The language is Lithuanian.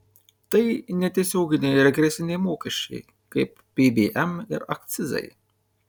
tai netiesioginiai regresiniai mokesčiai kaip pvm ir akcizai